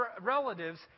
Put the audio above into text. relatives